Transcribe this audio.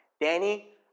Danny